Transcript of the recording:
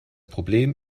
problem